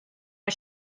was